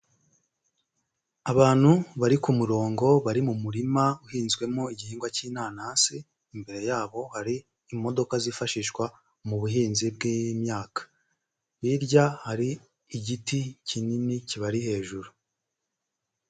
Abantu bari ku murongo bari mu murima uhinzwemo igihingwa cy'inanasi, imbere yabo hari imodoka zifashishwa mu buhinzi bw'imyaka hirya hari igiti kinini kibari hejuru.